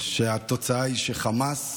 שהתוצאה היא שחמאס